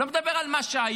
אני לא מדבר על מה שהיה,